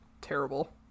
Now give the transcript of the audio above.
terrible